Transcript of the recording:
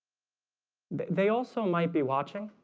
they also might be watching